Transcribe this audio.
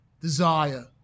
desire